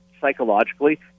psychologically